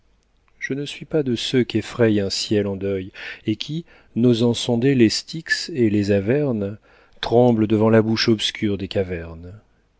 je ne suis pas de ceux qu'effraie un ciel en deuil et qui n'osant sonder les styx et les avernes tremblent devant la bouche obscure des cavernes